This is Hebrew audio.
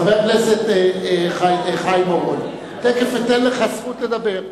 חבר הכנסת חיים אורון, תיכף אתן לך זכות לדבר.